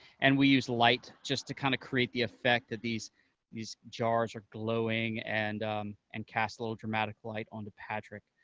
and we used light just to kind of create the effect that these these jars are glowing, and and cast a little dramatic light onto patrick.